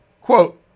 quote